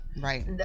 right